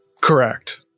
Correct